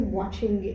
watching